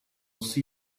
see